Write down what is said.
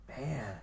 Man